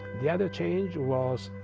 the other change was